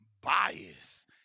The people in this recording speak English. bias